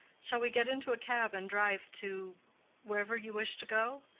shall we get into a cab and drive to wherever you wish to go?